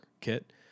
kit